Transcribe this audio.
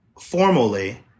formally